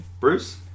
Bruce